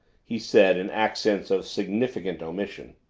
he said in accents of significant omission.